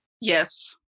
Yes